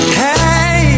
hey